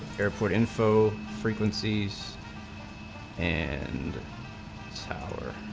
airport info frequencies and so